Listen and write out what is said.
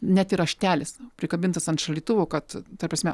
net ir raštelis prikabintas ant šaldytuvo kad ta prasme